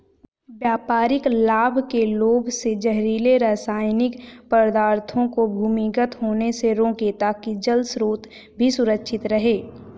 व्यापारिक लाभ के लोभ से जहरीले रासायनिक पदार्थों को भूमिगत होने से रोकें ताकि जल स्रोत भी सुरक्षित रहे